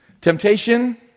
Temptation